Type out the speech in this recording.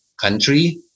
country